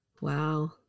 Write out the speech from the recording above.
Wow